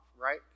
right